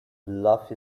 love